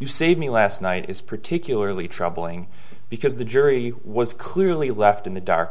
you save me last night is particularly troubling because the jury was clearly left in the dark